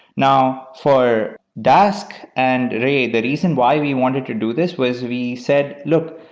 now, for dask and ray, the reason why we wanted to do this was the said, look,